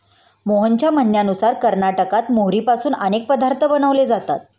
मोहनच्या म्हणण्यानुसार कर्नाटकात मोहरीपासून अनेक पदार्थ बनवले जातात